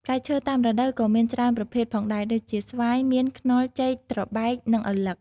ផ្លែឈើតាមរដូវក៏មានច្រើនប្រភេទផងដែរ ដូចជា ស្វាយ មៀន ខ្នុរ ចេក ត្របែក និងឪឡឹក។